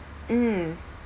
mm